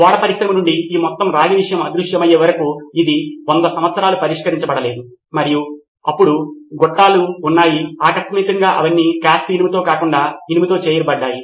ఓడ పరిశ్రమ నుండి ఈ మొత్తం రాగి విషయం అదృశ్యమయ్యే వరకు ఇది 100 సంవత్సరాలు పరిష్కరించబడలేదు మరియు అప్పుడు గొట్టాలు ఉన్నాయి మరియు అకస్మాత్తుగా అవన్నీ కాస్ట్ ఇనుముతో కాకుండా ఇనుముతో తయారు చేయబడ్డాయి